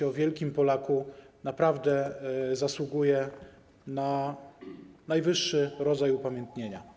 Ten wielki Polak naprawdę zasługuje na najwyższy rodzaj upamiętnienia.